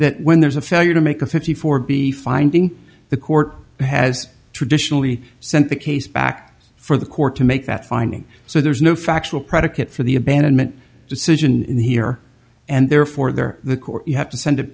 that when there's a failure to make a fifty four b finding the court has traditionally sent the case back for the court to make that finding so there's no factual predicate for the abandonment decision in the here and therefore there the court you have to send it